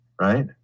right